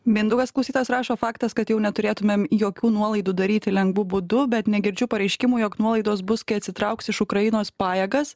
mindaugas klausytojas rašo faktas kad jau neturėtumėm jokių nuolaidų daryti lengvu būdu bet negirdžiu pareiškimų jog nuolaidos bus kai atsitrauks iš ukrainos pajėgas